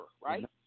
right